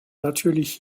natürlich